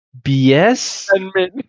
bs